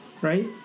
right